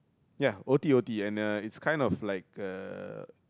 ya o_t_o_t and uh it's kind of like a